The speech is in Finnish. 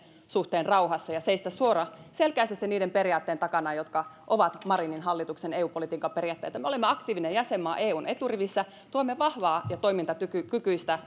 suhteen rauhassa ja seistä suoraselkäisesti niiden periaatteiden takana jotka ovat marinin hallituksen eu politiikan periaatteita me olemme aktiivinen jäsenmaa eun eturivissä tuemme vahvaa ja toimintakykyistä